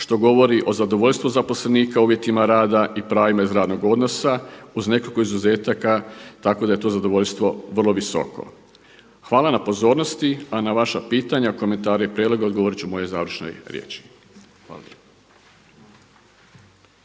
što govori o zadovoljstvu zaposlenika u uvjetima rada i pravima iz radnog odnosa uz nekoliko izuzetaka tako da je to zadovoljstvo vrlo visoko. Hvala na pozornosti, a na vaša pitanja, komentare i prijedloge odgovorit ću mojoj završnoj riječi. Hvala.